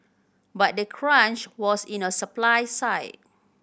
but the crunch was in a supply side